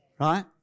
right